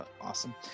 Awesome